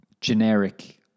generic